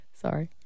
Sorry